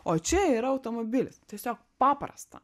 o čia yra automobilis tiesiog paprasta